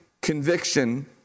conviction